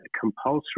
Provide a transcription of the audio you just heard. compulsory